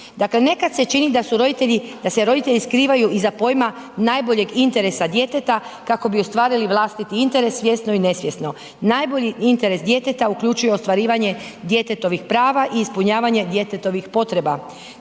da su roditelji, da se roditelji skrivaju iza pojma najboljeg interesa djeteta kako bi ostvarili vlastiti interes svjesno i nesvjesno. Najbolji interes djeteta uključuje ostvarivanje djetetovih prava i ispunjavanje djetetovih potreba.